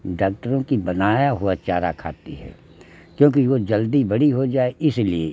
डाक्टरों की बनाया हुआ चारा खाती है क्योंकि वह जल्दी बड़ी हो जाए इसलिए